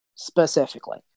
Specifically